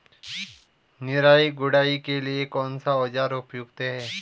निराई गुड़ाई के लिए कौन सा औज़ार उपयुक्त है?